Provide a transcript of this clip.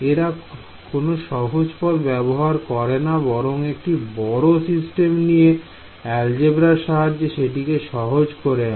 এরা কোন সহজ পথ ব্যবহার করে না বরং একটি বড় সিস্টেম নিয়ে অ্যালজেবরার সাহায্যে সেটিকে সহজ করে আনে